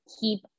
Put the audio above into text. keep